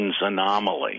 anomaly